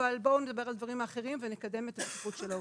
אבל בואו נדבר על הדברים האחרים ונקדם את הבטיחות של העובדים,